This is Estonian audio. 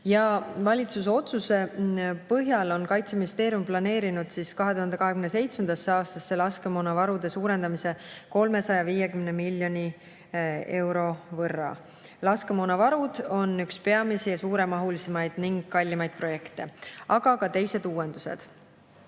Valitsuse otsuse põhjal on Kaitseministeerium planeerinud 2027. aastasse laskemoonavarude suurendamise 350 miljoni euro [eest]. Laskemoonavarude [suurendamine] on üks peamisi ja suuremahulisemaid ning kallimaid projekte. On ka teised uuendused.